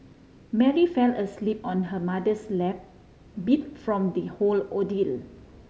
Mary fell asleep on her mother's lap beat from the whole ordeal